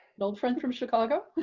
an old friend from chicago.